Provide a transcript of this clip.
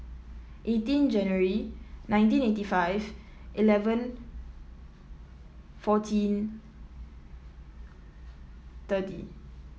eighteen January nineteen eighty five eleven fourteen thirty